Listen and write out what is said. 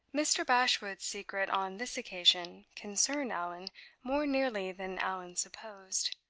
mr. bashwood's secret on this occasion concerned allan more nearly than allan supposed.